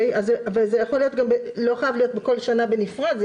זה לא חייב להיות בכל שנה בנפרד,